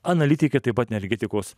analitikė taip pat energetikos